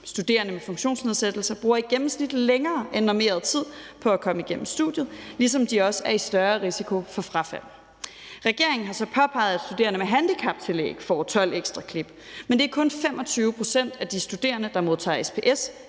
Studerende med funktionsnedsættelser bruger i gennemsnit længere end normeret tid på at komme igennem studiet, ligesom de også er i større risiko for frafald. Regeringen har så påpeget, at studerende med handicaptillæg får 12 ekstra klip, men det er kun 25 pct. af de studerende, som modtager SPS,